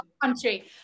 country